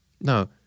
Now